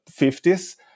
50s